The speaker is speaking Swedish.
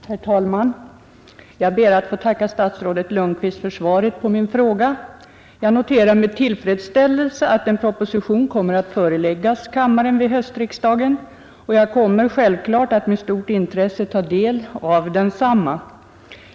Herr talman! Jag ber att få tacka statsrådet Lundkvist för svaret på min fråga. Jag noterar med tillfredsställelse att en proposition skall föreläggas kammaren vid höstriksdagen och jag kommer självfallet att med stort intresse taga del av densamma.